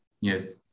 Yes